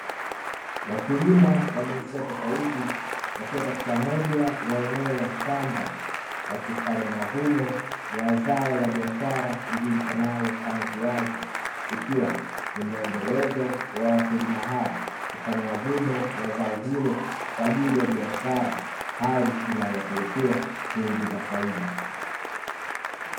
Wakulima wa jinsia tofauti wakiwa katika moja ya eneo la shamba wakifanya mavuno ya zao la biashara lijulikanalo kama viazi. ikiwa ni mwendelezo wa wakulima hawa kufanya mavuno ya zao hilo kwa ajili ya biashara hali inayowapelekea kuingiza faida.